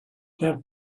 that